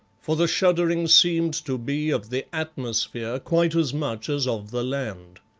for the shuddering seemed to be of the atmosphere quite as much as of the land.